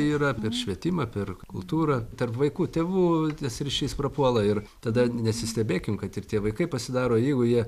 yra per švietimą per kultūrą tarp vaikų tėvų tas ryšys prapuola ir tada nesistebėkim kad ir tie vaikai pasidaro jeigu jie